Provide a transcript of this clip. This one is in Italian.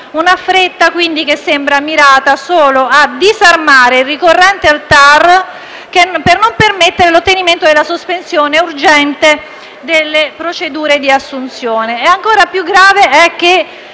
Tale fretta, quindi, sembra mirata solo a disarmare il ricorrente al TAR, per non permettere l'ottenimento della sospensione urgente delle procedure di assunzione. Ancora più grave è che